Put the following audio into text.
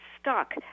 stuck